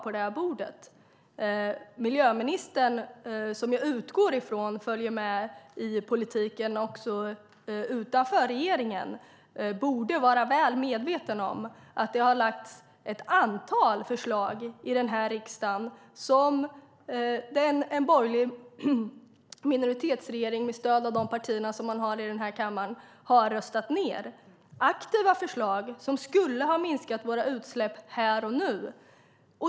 Jag utgår från att miljöministern följer med i politiken också utanför regeringen, och hon borde vara väl medveten om att det har lagts fram ett antal förslag i riksdagen som den borgerliga minoriteten har röstat ned med stöd av de partier som man har i kammaren. Det är aktiva förslag som skulle ha minskat våra utsläpp här och nu.